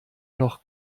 noch